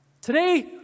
today